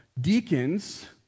deacons